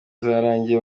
zarangiye